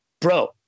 bro